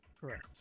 Correct